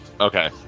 Okay